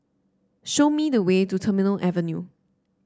show me the way to Terminal Avenue